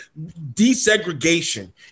desegregation